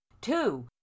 Two